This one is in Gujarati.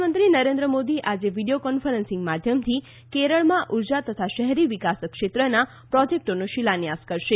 કેરળ પ્રધાનમંત્રી નરેન્દ્ર મોદી આજે વિડિયો કોન્ફરન્સિંગ માધ્યમથી કેરળમાં ઉર્જા તથા શહેરી વિકાસ ક્ષેત્રનાં પ્રોજેકટોનો શિલાન્યાસ કરશે